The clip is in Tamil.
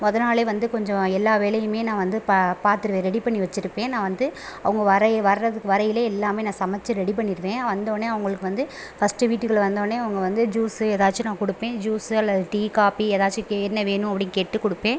மொதல் நாளே வந்து கொஞ்சோம் எல்லா வேலையுமே நான் வந்து பா பார்த்துருவேன் ரெடி பண்ணி வச்சுருப்பேன் நான் வந்து அவங்க வரையை வரத்துக்கு வரையிலே எல்லாமே நான் சமச்சு ரெடி பண்ணியிருவேன் வந்தோன்னே அவங்களுக்கு வந்து ஃபஸ்ட்டு வீட்டுக்குள்ள வந்தோன்னே அவங்க வந்து ஜூஸு ஏதாச்சும் நான் கொடுப்பேன் ஜூஸு அல்லது டீ காப்பி ஏதாச்சும் கே என்ன வேணும் அப்படி கேட்டு கொடுப்பேன்